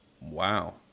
Wow